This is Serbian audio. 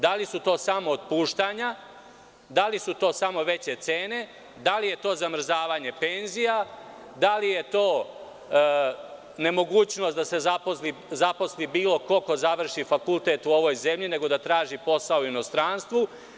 Da li su to samo otpuštanja, da li su to samo veće cene, da li je to zamrzavanje penzija, da li je to nemogućnost da se zaposli bilo ko ko završi fakultet u ovoj zemlji nego da traži posao u inostranstvu?